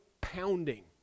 pounding